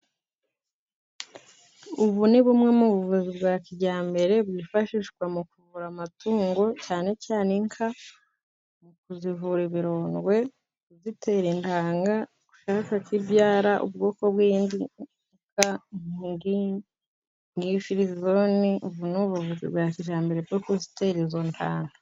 Ubu ni bumwe mu buvuzi bwa kijyambere bwifashishwa mu kuvura amatungo, cyane cyane inka, mu kuzivura ibirondwe, kuzitera intanga, ushaka ko ibyara ubwoko bw'inka, nk'imfirizoni, ubu ni ubuvuzi bwa kijyambere bwo kuzitera izo ntanana.